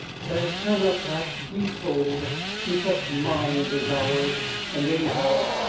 that it cannot perhaps be told to such minds as ours and anyhow,